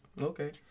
Okay